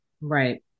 Right